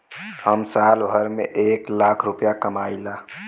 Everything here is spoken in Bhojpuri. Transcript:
हम साल भर में एक लाख रूपया कमाई ला